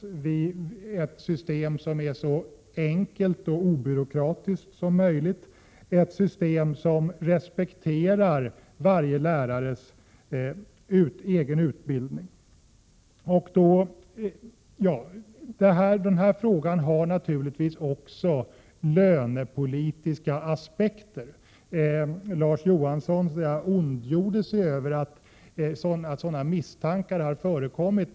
Det bör vara ett system som är så enkelt och obyråkratiskt som möjligt och som respekterar varje lärares egen utbildning. Denna fråga har naturligtvis också lönepolitiska aspekter. Larz Johansson ondgjorde sig över att sådana misstankar har förekommit.